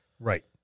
Right